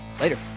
Later